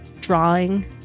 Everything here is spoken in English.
drawing